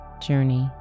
journey